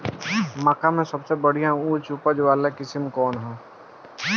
मक्का में सबसे बढ़िया उच्च उपज वाला किस्म कौन ह?